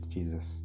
Jesus